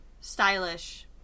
stylish